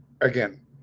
Again